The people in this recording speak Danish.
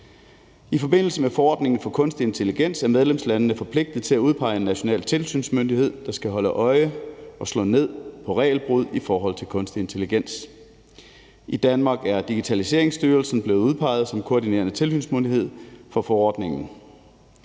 I forbindelse med forordningen for kunstig intelligens er medlemslandene forpligtet til at udpege en national tilsynsmyndighed, der skal holde øje og slå ned på regelbrud i forhold til kunstig intelligens. I Danmark er Digitaliseringsstyrelsen blevet udpeget som koordinerende tilsynsmyndighed for forordningen.